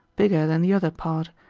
bigger than the other part,